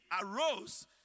arose